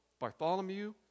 Bartholomew